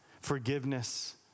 forgiveness